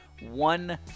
one